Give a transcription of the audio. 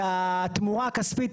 והתמורה הכספית